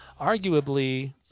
Arguably